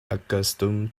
accustomed